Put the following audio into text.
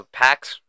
packs